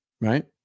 right